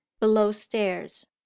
below-stairs